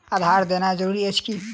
आधार देनाय जरूरी अछि की?